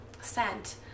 scent